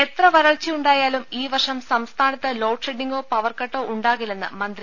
എത്ര വരൾച്ചയുണ്ടായാലും ഈ വർഷം സംസ്ഥാനത്ത് ലോഡ് ഷെഡ്സിംഗോ പവർകട്ടോ ഉണ്ടാകില്ലെന്ന് മന്ത്രി